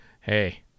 Hey